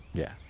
yeah,